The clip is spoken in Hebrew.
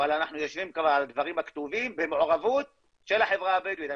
אבל אנחנו יושבים על הדברים הכתובים במעורבות של החברה הבדואית.